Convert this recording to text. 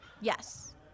Yes